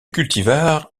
cultivar